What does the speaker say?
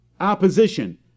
Opposition